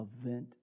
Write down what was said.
event